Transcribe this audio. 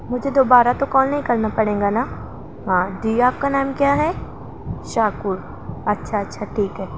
مجھے دوبارہ تو کال نہیں کرنا پڑے گا نا ہاں جی آپ کا نام کیا ہے شاکر اچھا اچھا ٹھیک ہے